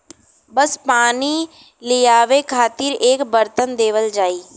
बस पानी लियावे खातिर एक बरतन देवल जाई